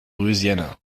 louisiana